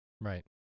Right